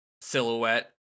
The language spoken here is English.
silhouette